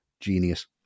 Genius